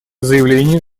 заявлению